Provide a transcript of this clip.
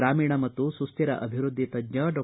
ಗ್ರಾಮೀಣ ಮತ್ತು ಸುಚ್ಯರ ಅಭಿವೃದ್ದಿ ತಜ್ಞ ಡಾ